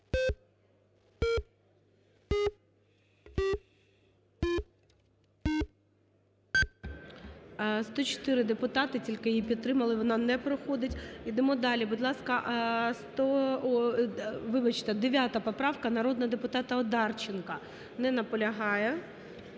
104 депутати тільки її підтримали. Вона не проходить. Йдемо далі. Будь ласка, сто… Вибачте, 9 поправка, народного депутата Одарченка. Не наполягає.